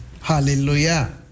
hallelujah